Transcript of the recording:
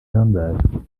nürnberg